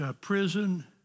prison